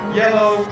yellow